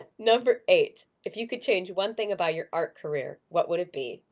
number eight, if you could change one thing about your art career, what would it be?